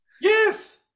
Yes